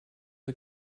the